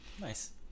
nice